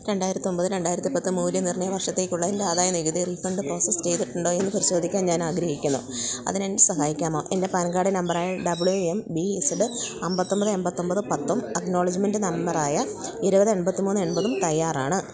രണ്ടായിരത്തൊമ്പത് രണ്ടായിരത്തിപ്പത്ത് മൂല്യനിർണ്ണയ വർഷത്തേക്കുള്ള എൻറ്റെ ആദായ നികുതി റീഫണ്ട് പ്രോസസ്സ് ചെയ്തിട്ടുണ്ടോയെന്ന് പരിശോധിക്കാൻ ഞാനാഗ്രഹിക്കുന്നു അതിനെന്നെ സഹായിക്കാമോ എൻ്റെ പാൻ കാർഡ് നമ്പറായ ഡബ്ല്യൂ എം ബി ഇസഡ് അമ്പത്തൊമ്പതേ എമ്പത്തൊമ്പത് പത്തും അക്നോളജ്മെൻറ്റ് നമ്പറായ ഇരുപത് എൺമ്പത്തി മൂന്ന് എൺപതും തയ്യാറാണ്